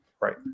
Right